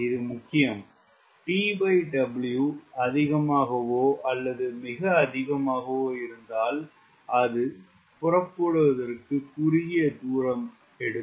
இது முக்கியம் TW அதிகமாகவோ அல்லது மிக அதிகமாகவோ இருந்தால் அது புறப்படுவதற்கு குறுகிய தூரம் இருக்கும்